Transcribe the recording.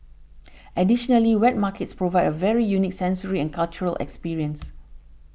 additionally wet markets provide a very unique sensory and cultural experience